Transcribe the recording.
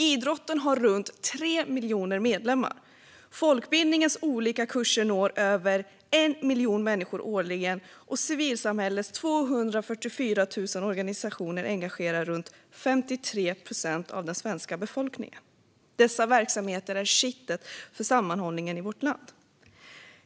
Idrottsorganisationerna har runt 3 miljoner medlemmar, folkbildningens olika kurser når över 1 miljon människor årligen och civilsamhällets 244 000 organisationer engagerar runt 53 procent av den svenska befolkningen. Dessa verksamheter är kittet för sammanhållningen i vårt land.